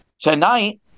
tonight